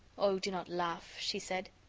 oh, do not laugh, she said.